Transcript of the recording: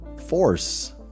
force